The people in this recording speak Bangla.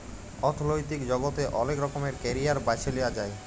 অথ্থলৈতিক জগতে অলেক রকমের ক্যারিয়ার বাছে লিঁয়া যায়